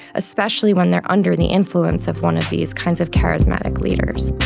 especially when they are under the influence of one of these kinds of charismatic leaders.